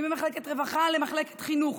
ממחלקת רווחה למחלקת חינוך,